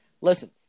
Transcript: Listen